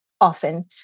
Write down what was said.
often